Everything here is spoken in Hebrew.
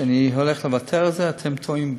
שאני הולך לוותר על זה, אתם טועים בי.